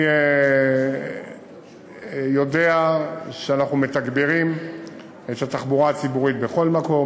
אני יודע שאנחנו מתגברים את התחבורה הציבורית בכל מקום,